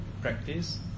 practice